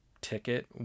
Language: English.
ticket